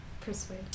Persuade